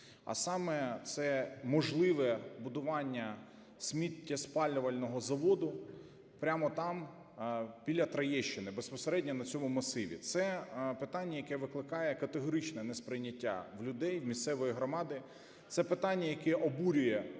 а саме це можливе будування сміттєспалювального заводу прямо там, біля Троєщини, безпосередньо на цьому масиві. Це питання, яке викликає категоричне несприйняття в людей, в місцевої громади. Це питання, яке обурює